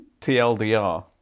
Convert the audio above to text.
TLDR